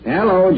Hello